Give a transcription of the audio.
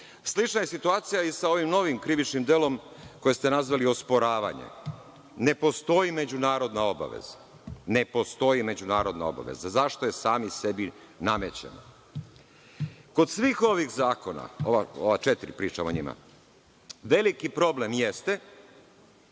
žuri. Slična je situacija i sa ovim novim krivičnim delom koji ste nazvali osporavanje. Ne postoji međunarodna obaveza, ne postoji međunarodna obaveza. Zašto je sami sebi namećemo? Kod svih ovih zakona, ova četiri, o njima pričamo veliki problem jeste